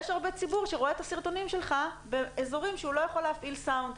ציבור רב שרואה את הסרטונים שלך באזורים שהוא לא יכול להפעיל סאונד.